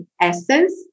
essence